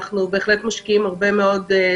פה אני מתחברת למה